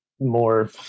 more